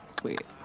Sweet